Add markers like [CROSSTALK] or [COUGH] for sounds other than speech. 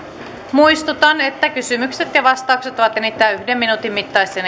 muistutan että kysymykset ja vastaukset ovat enintään yhden minuutin mittaisia [UNINTELLIGIBLE]